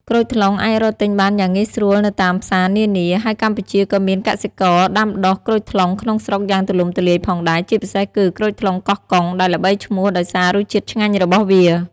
ក្រូចថ្លុងអាចរកទិញបានយ៉ាងងាយស្រួលនៅតាមផ្សារនានា ហើយកម្ពុជាក៏មានកសិករដាំដុះក្រូចថ្លុងក្នុងស្រុកយ៉ាងទូលំទូលាយផងដែរ ជាពិសេសគឺ ក្រូចថ្លុងកោះកុង ដែលល្បីឈ្មោះដោយសាររសជាតិឆ្ងាញ់របស់វា។